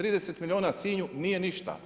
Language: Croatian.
30 milijuna Sinju nije ništa.